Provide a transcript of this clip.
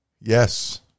Yes